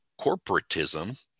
corporatism